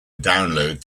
download